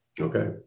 Okay